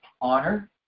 honor